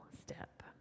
step